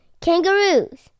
kangaroos